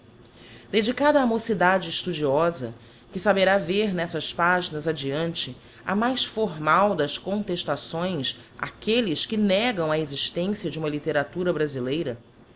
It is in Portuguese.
dedicada á mocidade estudiosa que saberá ver nessas paginas adiante a mais formal das contestações áquelles que negam a existência de uma literatura brasileira